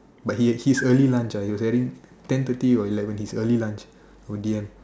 but he his early lunch lah it was only ten thirty or eleven his early lunch our D_M